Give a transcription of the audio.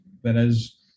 Whereas